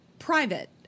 private